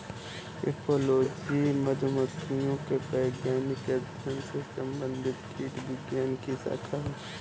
apiology मधुमक्खियों के वैज्ञानिक अध्ययन से संबंधित कीटविज्ञान की शाखा है